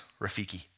Rafiki